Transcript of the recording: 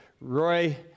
Roy